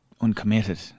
uncommitted